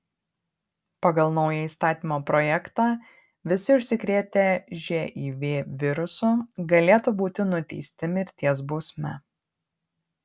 pagal naują įstatymo projektą visi užsikrėtę živ virusu galėtų būti nuteisti mirties bausme